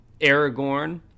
Aragorn